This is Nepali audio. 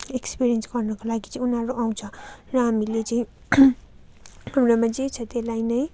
एक्सपिरियन्स गर्नको लागि चाहिँ उनीहरू आउँछ र हामीले चाहिँ हाम्रोमा जे छ त्यसलाई